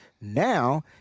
Now